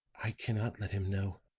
i cannot let him know,